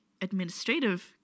administrative